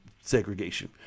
segregation